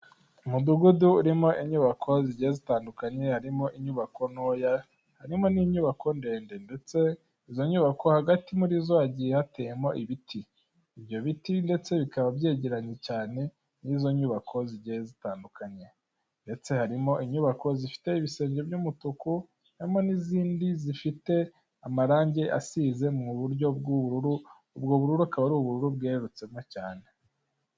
Umudugudu urimo inyubako zigiye zitandukanye harimo inyubako ntoya harimo n'inyubako ndende, ndetse izo nyubako hagati muri zo hagiye hateyemo ibiti, ibyo biti ndetse bikaba byegeranye cyane n'izo nyubako zigiye zitandukanye ndetse harimo inyubako zifite ibisenge by'umutuku, harimo n'izindi zifite amarangi asize mu buryo bw'ubururu, ubwo bururu akaba ari uburu bwerurutsemo cyane.